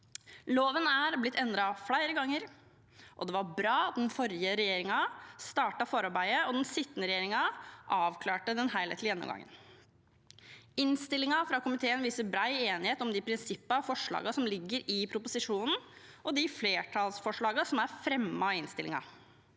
Loven er blitt endret flere ganger, og det var bra at den forrige regjeringen startet forarbeidet og den sittende regjeringen avklarte den helhetlige gjennomgangen. Innstillingen fra komiteen viser bred enighet om de prinsippene og forslagene som ligger i proposisjonen, og de flertallsforslagene som er fremmet i innstillingen.